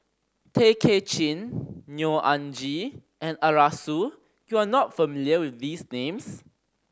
Tay Kay Chin Neo Anngee and Arasu you are not familiar with these names